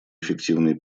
эффективной